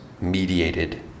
mediated